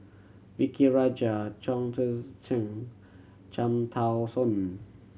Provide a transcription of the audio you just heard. V K Rajah Chong Tze Chien Cham Tao Soon